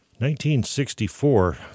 1964